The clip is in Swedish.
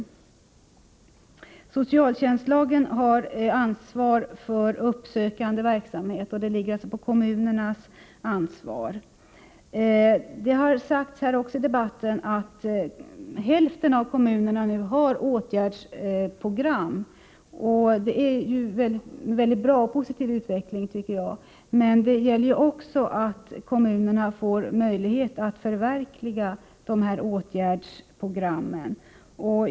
I socialtjänstlagen stadgas om ansvar för uppsökande verksamhet. Detta ligger alltså på kommunernas ansvar. Det har också här i debatten sagts att hälften av kommunerna har åtgärdsprogram. Det är en mycket bra och positiv utveckling, tycker jag, men det gäller också att kommunerna får möjlighet att förverkliga de här åtgärdsprogrammen.